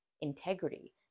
integrity